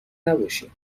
نباشی